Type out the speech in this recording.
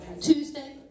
Tuesday